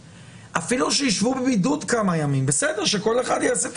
אפילו שישבו בבידוד כמה ימים שכל אחד יעשה את